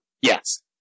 Yes